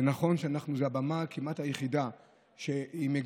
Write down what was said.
זה נכון שזו הבמה הכמעט-יחידה שמגנה,